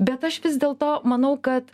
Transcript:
bet aš vis dėlto manau kad